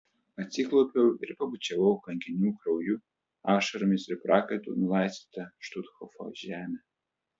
atsiklaupiau ir pabučiavau kankinių krauju ašaromis ir prakaitu nulaistytą štuthofo žemę